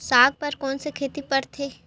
साग बर कोन से खेती परथे?